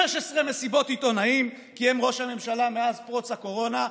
16 מסיבות עיתונאים קיים ראש הממשלה מאז פרוץ הקורונה,